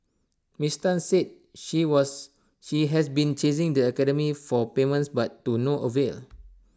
miss Tan said she was she has been chasing the academy for payments but to no avail